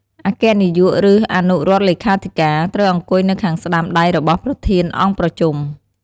អគ្គនាយក ឬអនុរដ្ឋលេខាធិការ ត្រូវអង្គុយនៅខាងស្តាំដៃរបស់ប្រធានអង្គប្រជុំ។